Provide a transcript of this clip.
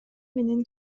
менен